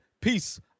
Peace